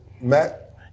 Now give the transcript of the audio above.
Matt